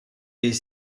est